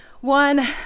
one